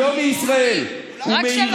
נגד